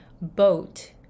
boat